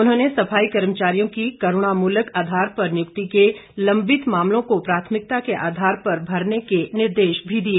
उन्होंने सफाई कर्मचारियों की करूणामूलक आधार पर नियुक्ति के लंबित मामलों को प्राथमिकता के आधार पर भरने के निर्देश भी दिए